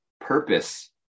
purpose